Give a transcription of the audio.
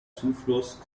zufluss